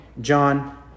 John